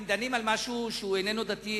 האם כאשר דנים במשהו שאיננו דתי,